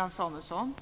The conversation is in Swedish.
Fru talman!